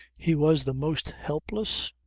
he was the most helpless.